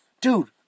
Dude